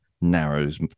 narrows